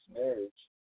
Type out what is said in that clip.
marriage